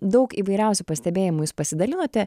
daug įvairiausių pastebėjimų jūs pasidalinote